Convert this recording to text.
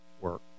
work